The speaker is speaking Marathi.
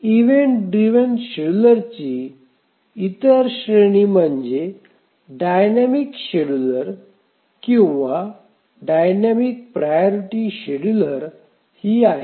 इव्हेंट ड्रिव्हन शेड्यूलरची इतर श्रेणी डायनॅमिक शेड्यूलर किंवा डायनामिक प्रायोरिटी शेड्युलर ही आहे